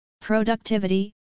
Productivity